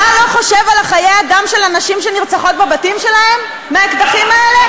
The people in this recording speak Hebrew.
אתה לא חושב על חיי האדם של הנשים שנרצחות בבתים שלהן באקדחים האלה?